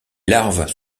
larves